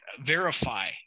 verify